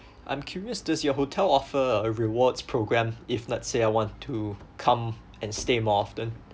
I'm curious does your hotel offer a rewards program if let's say I want to come and stay more often